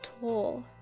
toll